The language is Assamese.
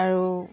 আৰু